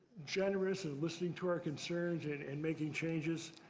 generous and listening to our concerns and and making changes.